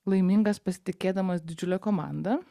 laimingas pasitikėdamas didžiule komanda